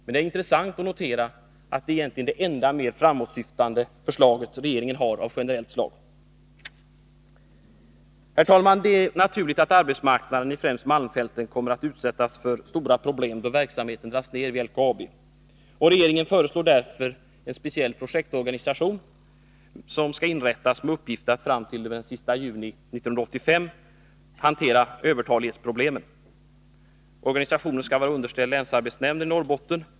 Och det är intressant att notera att detta egentligen är det enda mer framåtsyftande förslag av generellt slag som regeringen har. Herr talman! Det är naturligt att arbetsmarknaden i främst malmfälten kommer att utsättas för stora problem då verksamheten dras ned vid LKAB. Regeringen föreslår därför att en speciell projektorganisation inrättas, med uppgift att fram till den sista juni 1985 hantera övertalighetsproblemen. Organisationen skall vara underställd länsarbetsnämnden i Norrbotten.